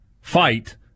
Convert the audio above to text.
Fight